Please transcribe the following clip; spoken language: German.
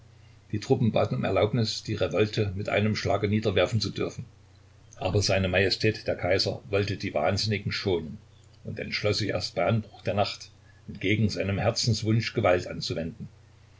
die truppen baten um erlaubnis die revolte mit einem schlage niederwerfen zu dürfen aber seine majestät der kaiser wollte die wahnsinnigen schonen und entschloß sich erst bei anbruch der nacht entgegen seinem herzenswunsch gewalt anzuwenden